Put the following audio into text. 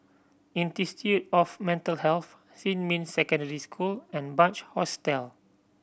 Institute of Mental Health Xinmin Secondary School and Bunc Hostel